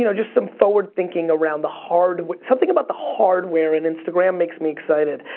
you know just some forward thinking around the hard, something about the hardware in instagram makes me excited.